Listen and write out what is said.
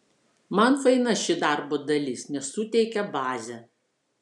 man faina ši darbo dalis nes suteikia bazę